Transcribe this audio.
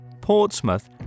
Portsmouth